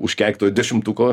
užkeikto dešimtuko